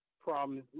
problems